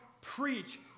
preach